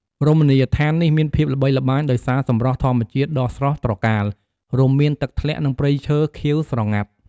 រមណីយដ្ឋាននេះមានភាពល្បីល្បាញដោយសារសម្រស់ធម្មជាតិដ៏ស្រស់ត្រកាល រួមមាន ទឹកធ្លាក់ និង ព្រៃឈើខៀវស្រងាត់។